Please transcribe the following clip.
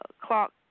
clock